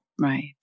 Right